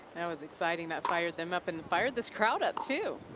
that was exciting. that fired them up and fired this crowd up too.